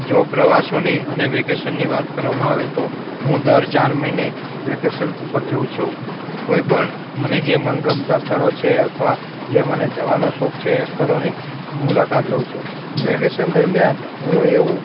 જો પ્રવાસોની અને વૅકેશનની વાત કરવામાં આવે તો હું દર ચાર મહીને વૅકેશન ઉપર જઉં છું કોઈ પણ મને જે મનગમતાં સ્થળો છે અથવા જે મને જવાનો શોખ છે એ સ્થળોની મુલાકાત લઉં છું વૅકેશન દરમિયાન હું એવું